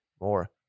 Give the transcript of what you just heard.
more